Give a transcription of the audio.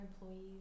employees